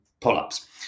pull-ups